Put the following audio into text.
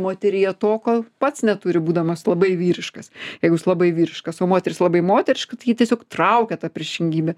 moteryje to ko pats neturi būdamas labai vyriškas jeigu jis labai vyriškas o moteris labai moteriška tai jį tiesiog traukia ta priešingybė